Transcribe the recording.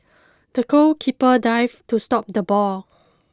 the goalkeeper dived to stop the ball